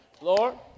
Lord